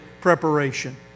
preparation